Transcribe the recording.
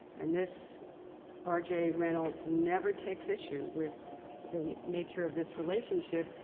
and this r j. reynolds never takes issue with the nature of this relationship,